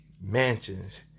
mansions